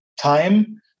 time